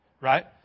right